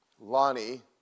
Lonnie